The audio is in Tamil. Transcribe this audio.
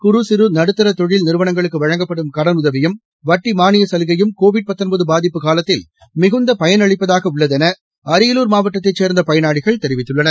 குறு சிறு நடுத்தர தொழில் நிறுவனங்களுக்கு வழங்கப்படும் கடனுதவியும் வட்டி மானியச் சலுகையும் கோவிட் பாதிப்பு காலத்தில் மிகுந்த பயனளிப்பதாக உள்ளதென அரியலூர் மாவட்டத்தைச் சேர்ந்த பயனாளிகள் தெரிவித்துள்ளனர்